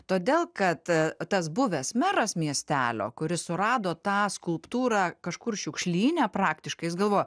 todėl kad tas buvęs meras miestelio kuris surado tą skulptūrą kažkur šiukšlyne praktiškai jis galvojo